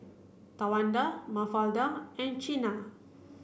Tawanda Mafalda and Chyna